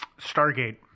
Stargate